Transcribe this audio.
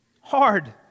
hard